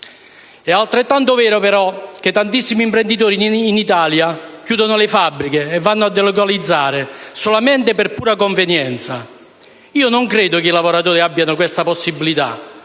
È altrettanto vero, però, che tantissimi imprenditori in Italia chiudono le fabbriche e vanno a delocalizzare solamente per pura convenienza. Non credo che i lavoratori abbiano questa possibilità.